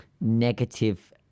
negative